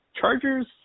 Chargers